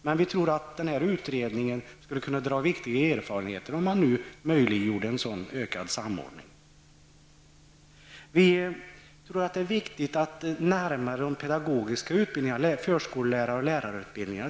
Men vi tror att utredningen kan göra viktiga erfarenheter om en sådan ökad samordning möjliggörs. Vi tror att det är viktigt att närma de pedagogiska utbildningarna till varandra, dvs.